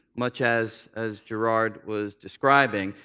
much as as gerard was describing.